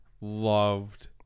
Loved